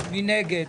מי נגד?